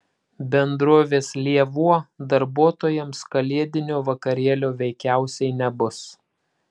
bendrovės lėvuo darbuotojams kalėdinio vakarėlio veikiausiai nebus